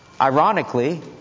ironically